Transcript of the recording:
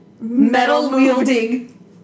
metal-wielding